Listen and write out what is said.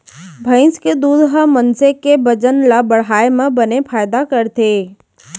भईंस के दूद ह मनसे के बजन ल बढ़ाए म बने फायदा करथे